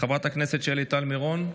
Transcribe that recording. חברת הכנסת שלי טל מירון,